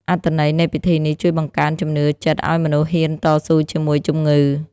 អត្ថន័យនៃពិធីនេះ ជួយបង្កើនជំនឿចិត្តឱ្យមនុស្សហ៊ានតស៊ូជាមួយជំងឺ។